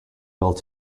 built